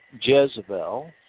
Jezebel